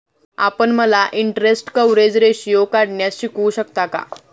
आपण मला interest coverage ratio काढण्यास शिकवू शकता का?